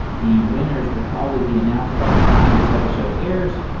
the winners will probably be announced by the time this episode airs,